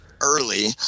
early